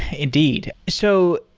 indeed. so,